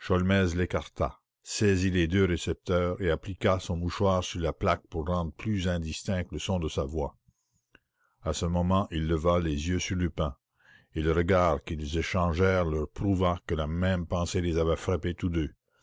l'écarta saisit l'autre récepteur et appliqua son mouchoir sur la plaque pour rendre plus indistinct le son de sa voix à ce moment il leva les yeux sur lupin et le regard qu'ils échangèrent leur prouva que la même pensée les avait frappés tous deux